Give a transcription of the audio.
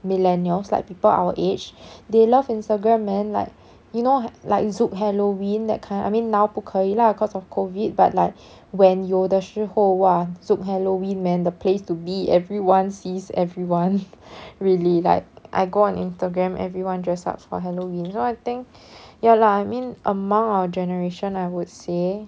millennials like people our age they love instagram man like you know like zouk halloween that kind I mean now 不可以 lah cause of COVID but like when 有的时候 !wah! zouk halloween man the place to be everyone sees everyone really like I go on instagram everyone dress up for halloween so I think ya lah I mean among our generation I would say